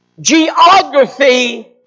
Geography